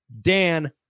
Dan